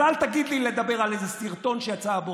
אז אל תגיד לי לדבר על איזה סרטון שיצא הבוקר.